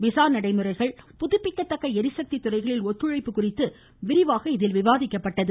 visa நடைமுறைகள் புதுப்பிக்கத்தக்க எரிசக்தி துறைகளில் ஒத்துழைப்பு குறித்து விரிவாக விவாதிக்கப்பட்டது